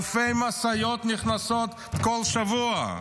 אלפי משאיות נכנסות כל שבוע,